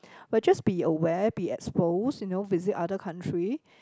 but just be aware be exposed you know visit other country